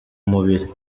mubiri